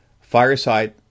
fireside